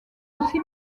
aussi